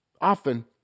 Often